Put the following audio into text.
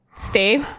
stay